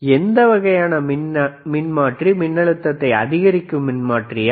எந்த வகையான மின்மாற்றி மின்னழுத்தத்தை அதிகரிக்கும் மின்மாற்றியா